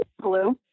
Hello